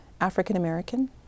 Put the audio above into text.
African-American